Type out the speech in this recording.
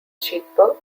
cheaper